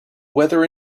weather